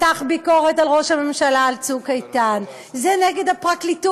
שמתח ביקורת על ראש הממשלה על "צוק איתן"; זה נגד הפרקליטות,